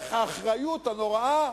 איך האחריות הנוראה